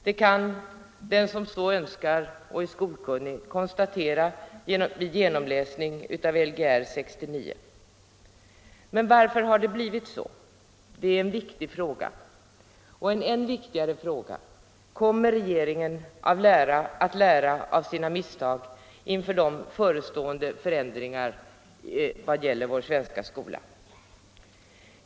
Det kan den som så önskar och är skolkunnig konstatera vid en genomläsning av Lgr 69. Men varför har det blivit så? — det är en viktig fråga. Och en än viktigare fråga: Kommer regeringen att lära av sina misstag inför de förestående förändringarna i vår svenska skola?